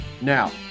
Now